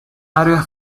área